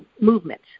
movement